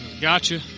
Gotcha